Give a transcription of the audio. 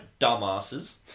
dumbasses